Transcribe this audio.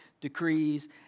decrees